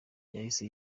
yahise